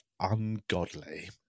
ungodly